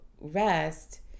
rest